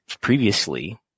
Previously